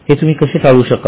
हे तुम्ही कसे टाळू शकाल